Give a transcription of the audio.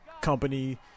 company